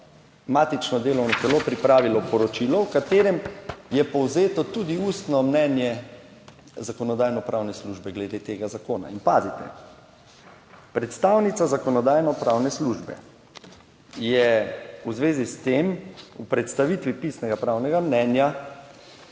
matično delovno telo pripravilo poročilo v katerem je povzeto tudi ustno mnenje Zakonodajno-pravne službe glede tega zakona. In pazite, predstavnica Zakonodajno-pravne službe, je v zvezi s tem v predstavitvi pisnega pravnega mnenja